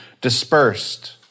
dispersed